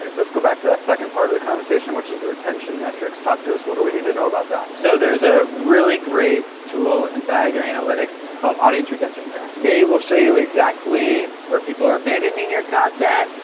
let's go back to that second part of the conversation, which is the retention metrics. talk to us, what do we need to know about that? so there's a really great tool inside your analytics called audience retention graphs. they will show you exactly where people are abandoning your content,